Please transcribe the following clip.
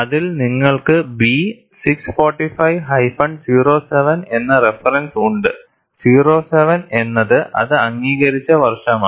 അതിൽ നിങ്ങൾക്ക് B 645 07 എന്ന റഫറൻസ് ഉണ്ട് 07 എന്നത് അത് അംഗീകരിച്ച വർഷമാണ്